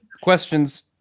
questions